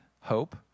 hope